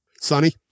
Sonny